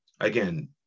again